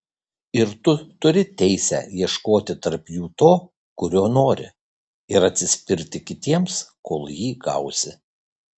ir tu turi teisę ieškoti tarp jų to kurio nori ir atsispirti kitiems kol jį gausi